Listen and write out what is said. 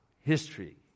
history